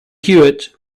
hewitt